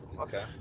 okay